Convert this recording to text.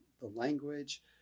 language